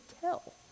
tell